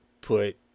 put